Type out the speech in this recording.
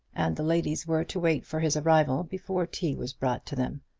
and the ladies were to wait for his arrival before tea was brought to them.